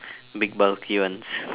big bulky ones